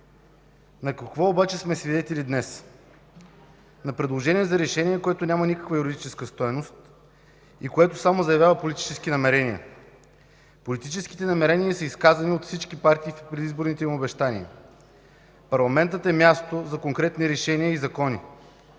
На какво обаче сме свидетели днес? – На предложение за решение, което няма никаква юридическа стойност и само заявява политически намерения. Политически намерения са изказани от всички партии в предизборните им обещания. Парламентът е място за конкретни решения и закони.